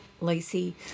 Lacey